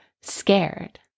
scared